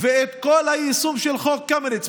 ואת כל היישום של חוק קמיניץ,